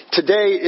today